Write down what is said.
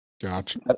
Gotcha